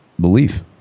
belief